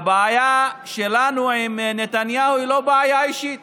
הבעיה שלנו עם נתניהו היא לא בעיה אישית.